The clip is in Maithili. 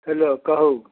हेलो कहू